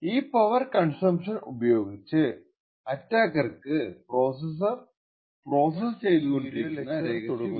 ഈ power consumption ഉപയോഗിച്ച് അറ്റാക്കർക്ക് പ്രോസസ്സർ പ്രോസസ്സ് ചെയ്തുകൊണ്ടിരിക്കുന്ന രഹസ്യ വിവരം കണ്ടെത്താൻ സാധിക്കും